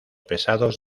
pesados